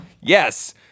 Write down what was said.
Yes